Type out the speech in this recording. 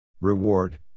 Reward